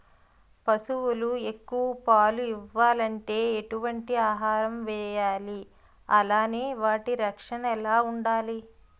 పశువులు ఎక్కువ పాలు ఇవ్వాలంటే ఎటు వంటి ఆహారం వేయాలి అలానే వాటి రక్షణ ఎలా వుండాలి?